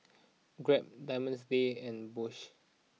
Grab Diamond Days and Bosch